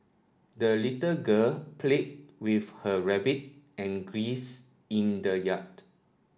the little girl played with her rabbit and geese in the yard